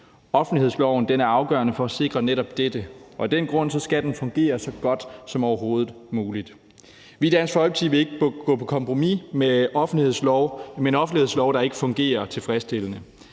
Offentlighedsloven er afgørende for at sikre netop dette, og af den grund skal den fungere så godt som overhovedet muligt. Vi i Dansk Folkeparti vil ikke gå på kompromis med en offentlighedslov, der ikke fungerer tilfredsstillende.